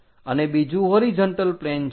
અને બીજું horizontal plane છે